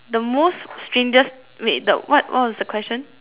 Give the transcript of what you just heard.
the most strangest wait the what what was the question